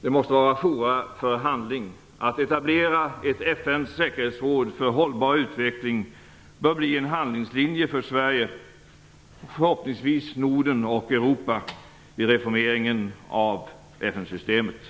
De måste vara fora för handling. Att etablera ett FN:s säkerhetsråd för hållbar utveckling bör bli en handlingslinje för Sverige, förhoppningsvis Norden och Europa, vid reformeringen av FN-systemet.